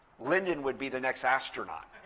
lyndon would be the next astronaut.